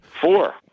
Four